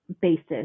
basis